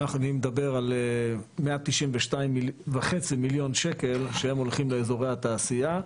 אני מדבר על 192.5 מיליון ₪ שהם הולכים לאזורי התעשייה,